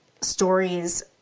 stories